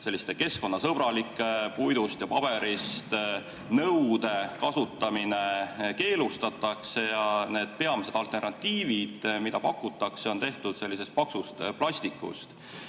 üritustel keskkonnasõbralike puidust ja paberist nõude kasutamine keelustatakse ja peamised alternatiivid, mida pakutakse, on tehtud paksust plastikust.